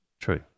true